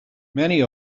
many